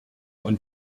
und